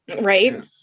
Right